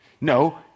No